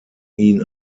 ihn